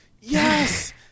Yes